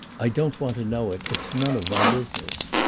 i don't want to know it it's none of my business.